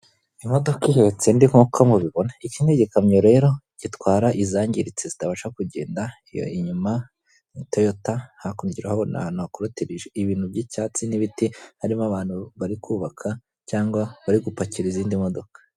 Imodoka ihetse indi nkuko mubibona iki ni gikamyo rero gitwara izangiritse zitabasha kugenda, iyo inyuma ni toyota hakurya urahabona ahantu hakotirije ibintu by'icyatsi n'ibiti harimo abantu bari kubaka cyangwa bari gupakira izindi modoka.